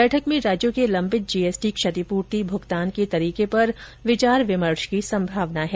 बैठक में राज्यों के लम्बित जीएसटी क्षतिपूर्ति भूगतान के तरीके पर विचार विमर्श की संभावना है